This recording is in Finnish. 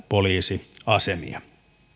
poliisiasemia